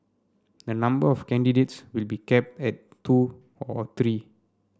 the number of candidates will be capped at two or three